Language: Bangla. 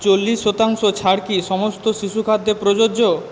চল্লিশ শতাংশ ছাড় কি সমস্ত শিশু খাদ্যে প্রযোজ্য